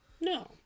No